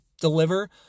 deliver